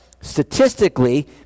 statistically